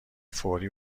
فوری